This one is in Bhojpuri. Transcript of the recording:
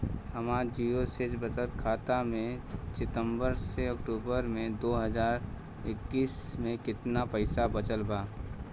हमार जीरो शेष बचत खाता में सितंबर से अक्तूबर में दो हज़ार इक्कीस में केतना पइसा बचल बा?